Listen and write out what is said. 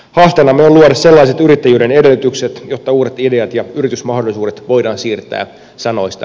haasteenamme on luoda sellaiset yrittäjyyden edellytykset jotta uudet ideat ja yritysmahdollisuudet voidaan siirtää sanoista